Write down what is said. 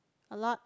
a lot